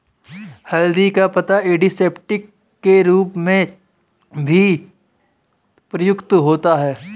हल्दी का पत्ता एंटीसेप्टिक के रूप में भी प्रयुक्त होता है